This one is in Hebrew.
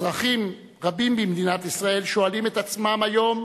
אזרחים רבים במדינת ישראל שואלים את עצמם היום: